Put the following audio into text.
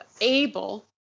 able